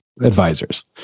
advisors